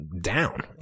down